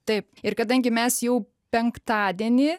taip ir kadangi mes jau penktadienį